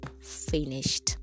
finished